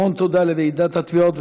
המון תודה לוועידת התביעות,